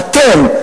אתם,